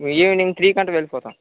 evening త్రీకి అంత వెళ్ళిపోతాం